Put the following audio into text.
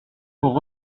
faut